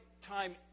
time